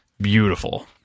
beautiful